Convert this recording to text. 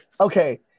Okay